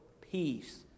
peace